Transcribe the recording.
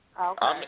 Okay